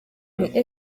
nti